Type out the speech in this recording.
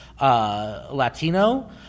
Latino